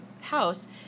house